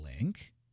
link